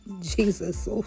Jesus